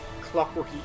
clockworky